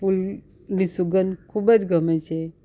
ફૂલની સુગંધ ખૂબ જ ગમે છે